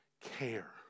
care